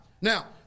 Now